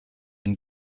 been